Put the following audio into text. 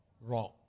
wrong